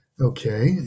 Okay